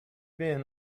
been